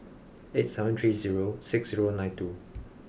eight seven three zero six zero nine two